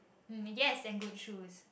yes and good shoes